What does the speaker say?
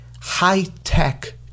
high-tech